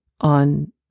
on